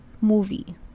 movie